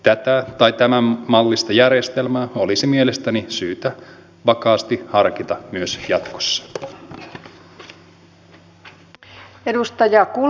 tätä tai tämän mallista järjestelmää olisi mielestäni syytä vakaasti harkita myös jatkossa